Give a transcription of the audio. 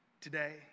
today